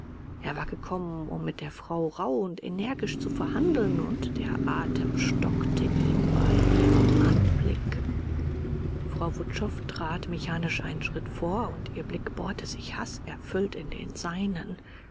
er war gekommen um mit der frau rauh und energisch zu verhandeln und der atem stockte ihm bei ihrem anblick frau wutschow trat mechanisch einen schritt vor und ihr blick bohrte sich haßerfüllt in den seinen